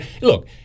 look